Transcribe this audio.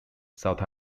south